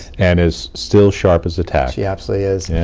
and is still sharp as a tack. she absolutely is.